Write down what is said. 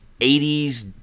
80s